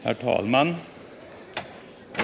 Herr talman!